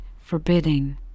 forbidding